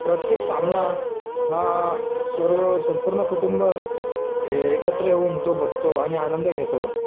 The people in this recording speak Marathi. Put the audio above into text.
प्रत्येक सामना हा सर्व संपूर्ण कुटुंब एकत्र येऊन तो बघतो आणि आनंद घेतो